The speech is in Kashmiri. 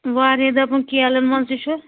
واریاہ دَپان کیلَن منٛز تہِ چھُ